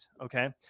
okay